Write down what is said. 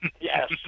Yes